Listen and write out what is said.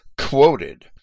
quoted